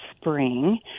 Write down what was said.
spring